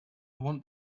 want